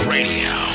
Radio